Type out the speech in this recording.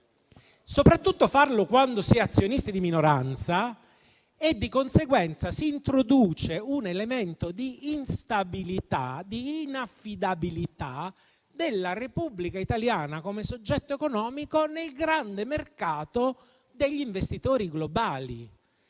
soprattutto se lo si fa quando si è azionisti di minoranza. Di conseguenza si introduce un elemento di instabilità, di inaffidabilità della Repubblica italiana come soggetto economico nel grande mercato degli investitori globali: